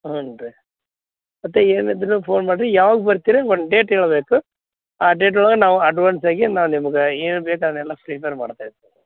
ಹ್ಞೂ ರೀ ಮತ್ತು ಏನಿದ್ದರೂ ಫೋನ್ ಮಾಡಿರಿ ಯಾವಾಗ ಬರ್ತೀರಿ ಒಂದು ಡೇಟ್ ಹೇಳ್ಬೇಕ ಆ ಡೇಟ್ ಒಳಗೆ ನಾವು ಅಡ್ವಾನ್ಸಾಗಿ ನಾವು ನಿಮ್ಗೆ ಏನೇನು ಬೇಕು ಅದನ್ನೆಲ್ಲ ಫ್ರೀಫೇರ್ ಮಾಡ್ತೇವೆ